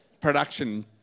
Production